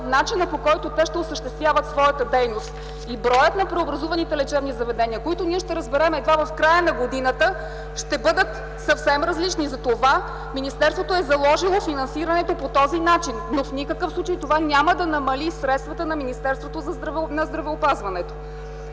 начинът, по който те ще осъществяват своята дейност, и броят на преобразуваните лечебни заведения, които ние ще разберем едва в края на годината, ще бъдат съвсем различни. Затова министерството е заложило финансирането по този начин. В никакъв случай това няма да намали средствата на Министерството на здравеопазването.